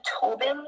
Tobin